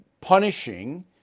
punishing